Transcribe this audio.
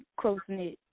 close-knit